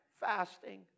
fasting